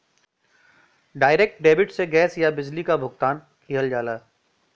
direct debit से gas या बिजली क बिल भुगतान किहल जाला